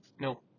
No